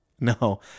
No